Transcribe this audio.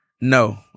No